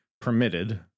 permitted